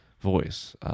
voice